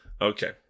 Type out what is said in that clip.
Okay